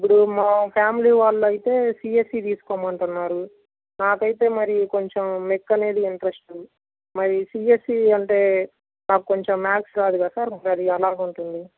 ఇప్పుడు మా ఫ్యామిలీ వాళ్ళైతే సిఎస్సి తీస్కోమంటున్నారు నాకైతే మరి కొంచం మెక్ అనేది ఇంట్రెస్ట్ మరి సిఎస్సి అంటే నాకు కొంచం మ్యాథ్స్ రాదు కదా సార్ మరి ఎలాగుంటుంది